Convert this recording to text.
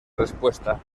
respuesta